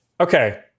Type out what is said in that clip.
Okay